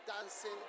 dancing